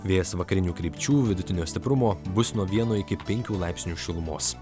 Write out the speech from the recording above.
vėjas vakarinių krypčių vidutinio stiprumo bus nuo vieno iki penkių laipsnių šilumos